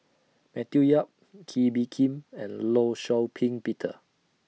Matthew Yap Kee Bee Khim and law Shau Ping Peter